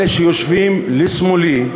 אלה שיושבים לשמאלי,